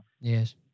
Yes